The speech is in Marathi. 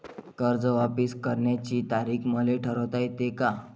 कर्ज वापिस करण्याची तारीख मले ठरवता येते का?